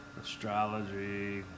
astrology